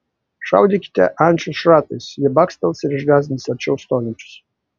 šaudykite ančių šratais jie bakstels ir išgąsdins arčiau stovinčius